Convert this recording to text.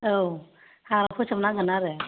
औ हा फोसाब नांगोन आरो